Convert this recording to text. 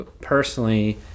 personally